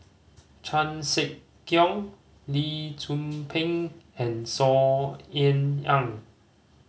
Chan Sek Keong Lee Tzu Pheng and Saw Ean Ang